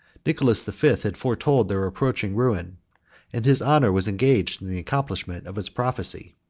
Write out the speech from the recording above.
nicholas the fifth had foretold their approaching ruin and his honor was engaged in the accomplishment of his prophecy.